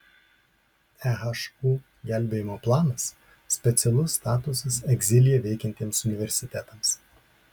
ehu gelbėjimo planas specialus statusas egzilyje veikiantiems universitetams